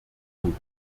gut